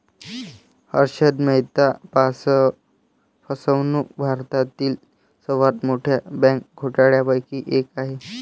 हर्षद मेहता फसवणूक भारतातील सर्वात मोठ्या बँक घोटाळ्यांपैकी एक आहे